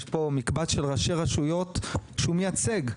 יש פה מקבץ של ראשי רשויות שהוא מייצג.